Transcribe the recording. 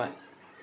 why